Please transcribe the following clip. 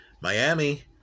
Miami